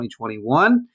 2021